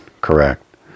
Correct